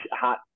hot